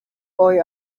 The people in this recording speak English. boy